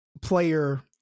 player